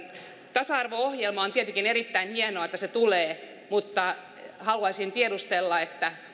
tasa arvo ohjelma on tietenkin erittäin hienoa että se tulee mutta haluaisin tiedustella